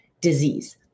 disease